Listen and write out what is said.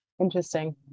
Interesting